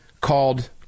called